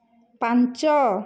ପାଞ୍ଚ